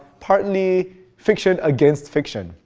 partly fiction against fiction.